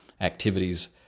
activities